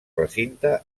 recinte